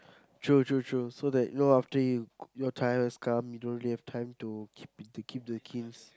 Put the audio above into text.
true true true so that you know after you your time has come you don't really have time to keep in keep the kins